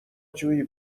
جویی